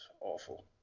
awful